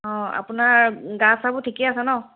অ' আপোনাৰ গা চাবোৰ ঠিকে আছে ন'